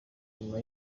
nyuma